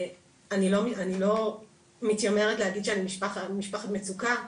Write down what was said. אני לא מתיימרת להגיד שאני משפחת מצוקה,